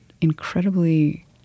incredibly